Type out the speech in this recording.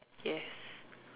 yes